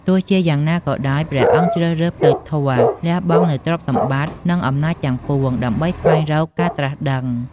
ទោះជាយ៉ាងណាក៏ដោយ ព្រះអង្គបានជ្រើសរើសផ្លូវធម៌ លះបង់នូវទ្រព្យសម្បត្តិ និងអំណាចទាំងពួង ដើម្បីស្វែងរកការត្រាស់ដឹង។